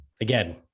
again